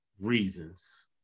reasons